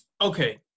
Okay